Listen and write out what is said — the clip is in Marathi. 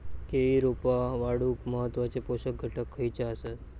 केळी रोपा वाढूक महत्वाचे पोषक घटक खयचे आसत?